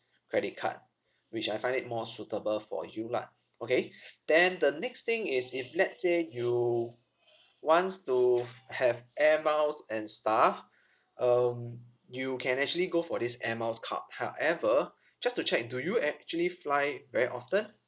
credit card which I find it more suitable for you lah okay then the next thing is if let's say you wants to have air miles and stuff um you can actually go for this air miles card however just to check do you actually fly very often